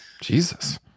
Jesus